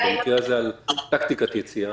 במקרה הזה על טקטיקת יציאה.